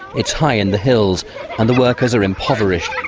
it's high in the hills and the workers are impoverished